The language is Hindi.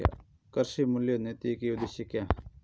कृषि मूल्य नीति के उद्देश्य क्या है?